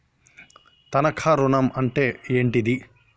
తనఖా ఋణం అంటే ఏంటిది?